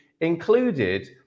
included